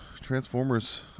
Transformers